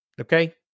Okay